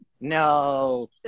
No